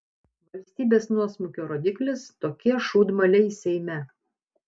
valstybės nuosmukio rodiklis tokie šūdmaliai seime